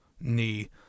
knee